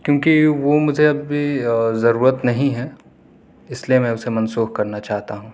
کیوں کہ وہ مجھے اب بھی ضرورت نہیں ہے اس لئے میں اسے منسوخ کرنا چاہتا ہوں